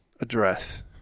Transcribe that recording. address